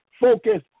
Focus